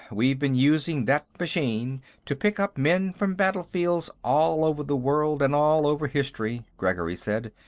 we've been using that machine to pick up men from battlefields all over the world and all over history, gregory said.